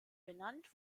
benannt